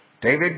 David